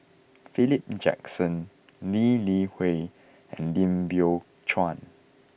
Philip Jackson Lee Li Hui and Lim Biow Chuan